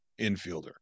infielder